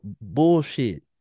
bullshit